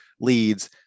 leads